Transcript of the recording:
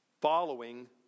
following